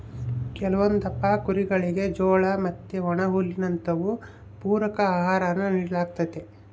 ಕೆಲವೊಂದಪ್ಪ ಕುರಿಗುಳಿಗೆ ಜೋಳ ಮತ್ತೆ ಒಣಹುಲ್ಲಿನಂತವು ಪೂರಕ ಆಹಾರಾನ ನೀಡಲಾಗ್ತತೆ